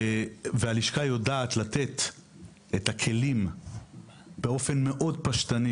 הלשכה צריכה לתת למטופל הסיעודי את הכלים באופן מאוד פשטני.